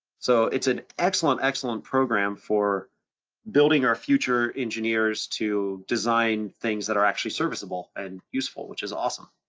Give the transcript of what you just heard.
so it's an excellent excellent program for building our future engineers to design things that are actually serviceable and useful, which is awesome.